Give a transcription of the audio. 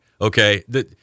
okay